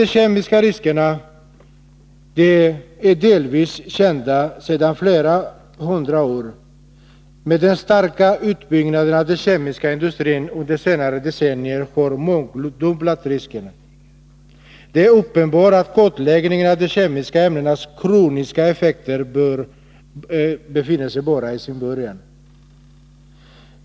De kemiska riskerna är delvis kända sedan flera hundra år, men den starka utbyggnaden av den kemiska industrin under senare decennier har mångdubblat riskerna. Det är uppenbart att kartläggningen av de kemiska ämnenas kroniska effekter bara har börjat.